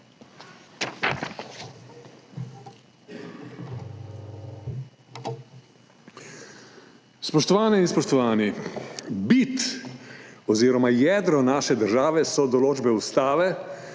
Spoštovane in spoštovani! Bit oziroma jedro naše države so določbe Ustave,